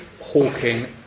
hawking